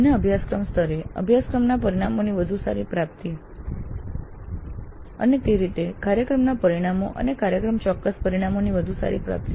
બંને અભ્યાસક્રમ સ્તરે અભ્યાસક્રમ પરિણામની વધુ સારી પ્રાપ્તિ અને તે રીતે કાર્યક્રમ ના પરિણામો અને કાર્યક્રમ ચોક્કસ પરિણામોની વધુ સારી પ્રાપ્તિ